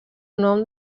nom